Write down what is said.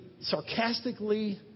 sarcastically